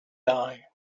die